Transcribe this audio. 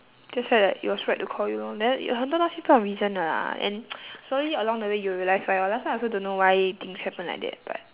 just felt that it was right to call you lor then 有很多东西不用 reason 的 lah and slowly along the way you'll realise why lor last time I also don't know why things happen like that but